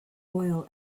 oil